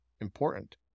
important